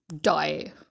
die